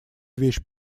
вещь